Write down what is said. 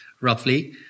roughly